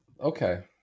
Okay